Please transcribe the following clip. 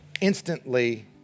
instantly